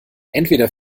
entweder